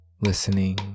listening